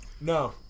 No